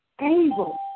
able